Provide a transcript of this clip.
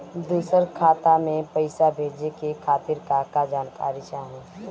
दूसर खाता में पईसा भेजे के खातिर का का जानकारी चाहि?